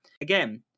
again